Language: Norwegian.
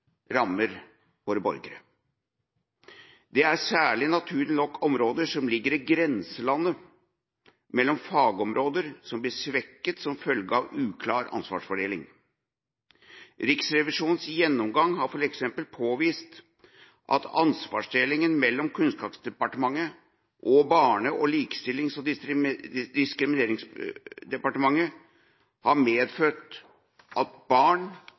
rammer våre borgere. Det gjelder særlig, naturlig nok, områder som ligger i grenselandet mellom fagområder som blir svekket som følge av uklar ansvarsfordeling. Riksrevisjonens gjennomgang har f.eks. påvist at ansvarsdelinga mellom Kunnskapsdepartementet og Barne-, likestillings- og inkluderingsdepartementet har medført at barn